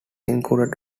included